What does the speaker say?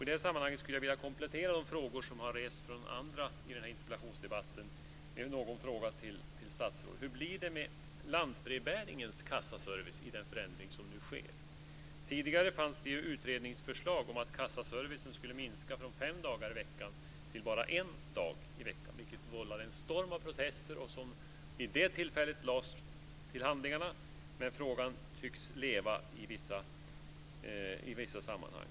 I det sammanhanget skulle jag vilja komplettera de frågor som rests av de andra i den här interpellationsdebatten med någon fråga till statsrådet. Hur blir det med lantbrevbäringens kassaservice i den förändring som nu sker? Tidigare fanns det utredningsförslag om att kassaservicen skulle minskas från att omfatta fem dagar i veckan till att bara omfatta en dag i veckan. Detta vållade en storm av protester. Vid det tillfället lades det hela till handlingarna, men frågan tycks leva vidare i vissa sammanhang.